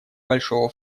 большого